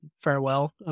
farewell